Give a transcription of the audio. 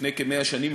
לפני כ-100 שנים,